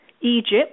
Egypt